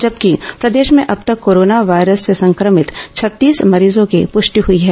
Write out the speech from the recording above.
जबकि प्रदेश में अब तक कोरोना वायरस से संक्रमित छत्तीस मरीजों की पुष्टि हुई है